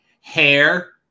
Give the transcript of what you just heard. hair